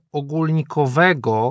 ogólnikowego